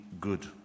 good